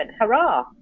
hurrah